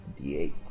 D8